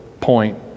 point